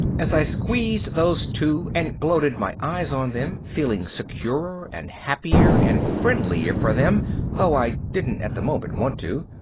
as i squeezed those two and gloated my eyes on them, feeling securer and happier and friendlier for them though i didn't at the moment want to,